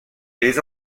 les